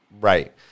Right